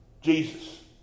Jesus